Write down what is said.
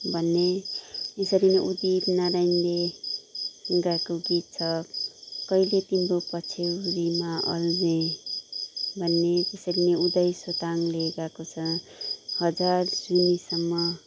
भन्ने यसरी नै उदित नारायणले गाएको गीत छ कहिले तिम्रो पछ्यौरीमा अल्झेँ भन्ने त्यसरी नै उदय सोताङले गाएको छ हजार जुनीसम्म